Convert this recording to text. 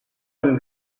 con